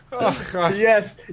yes